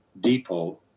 depot